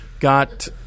Got